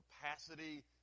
capacity